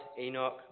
Enoch